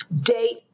date